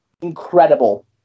incredible